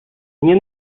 nie